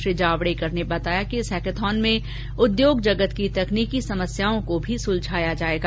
श्री जावडेकर ने बताया कि इस हैकाथॉन में उद्योग जगत की तकनीकी समस्याओं को भी सुलझाया जायेगा